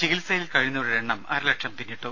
ചികിത്സയിൽ കഴിയുന്നവരുടെ എണ്ണം അരലക്ഷം പിന്നിട്ടു